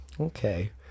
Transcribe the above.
okay